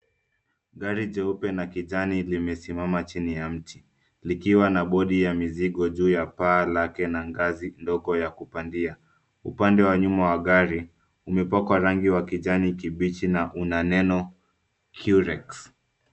Gari jeupe na kijani limesimama chini ya mti, likiwa na bodi la mizigo juu ya paa lake na ngazi ndogo ya kupandia. Upande wa nyuma wa gari umepakwa rangi ya kijani kibichi na una meno curex .